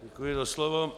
Děkuji za slovo.